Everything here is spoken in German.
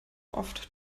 oft